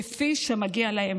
כפי שמגיע להם.